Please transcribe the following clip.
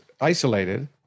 isolated